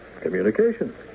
Communication